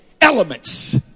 elements